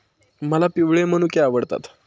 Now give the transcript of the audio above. मला पिवळे मनुके आवडतात